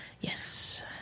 Yes